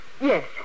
Yes